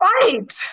fight